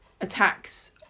attacks